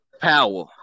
power